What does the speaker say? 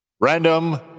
random